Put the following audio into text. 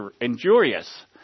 injurious